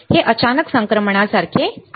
हे अचानक संक्रमणासारखे आहे